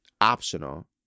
Optional